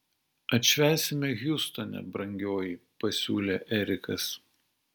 atšvęsime hjustone brangioji pasiūlė erikas